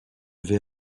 vais